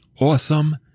Awesome